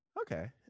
okay